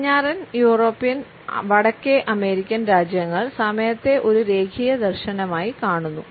പടിഞ്ഞാറൻ യൂറോപ്യൻ വടക്കേ അമേരിക്കൻ രാജ്യങ്ങൾ സമയത്തെ ഒരു രേഖീയ ദർശനമായി കാണുന്നു